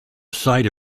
site